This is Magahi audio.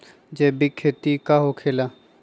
जैविक खेती का होखे ला?